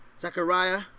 Zechariah